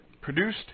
produced